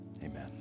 Amen